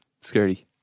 Scary